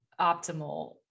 optimal